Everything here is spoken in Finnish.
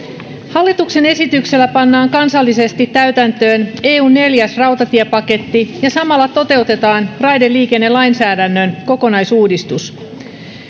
hallituksen esityksellä pannaan kansallisesti täytäntöön eun neljäs rautatiepaketti ja samalla toteutetaan raideliikennelainsäädännön kokonaisuudistus